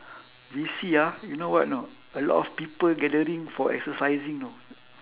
we see ah you know what you know a lot of people gathering for exercising know